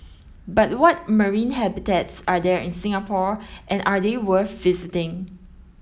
but what marine habitats are there in Singapore and are they worth visiting